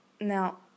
now